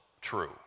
true